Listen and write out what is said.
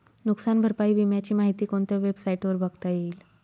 नुकसान भरपाई विम्याची माहिती कोणत्या वेबसाईटवर बघता येईल?